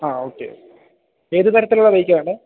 ആ ഓക്കെ ഏത് തരത്തിൽ ഉള്ള ബൈക്കാണ് വേണ്ടത്